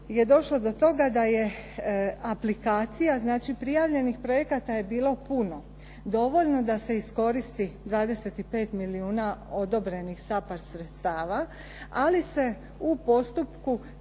je došlo do toga da je aplikacija, znači prijavljenih projekata je bilo puno. Dovoljno da se iskoristi 25 milijuna odobrenih SAPHARD sredstava, ali se u postupku